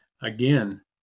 Again